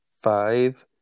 five